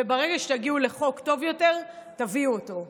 וברגע שתגיעו לחוק טוב יותר תביאו אותו.